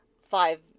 five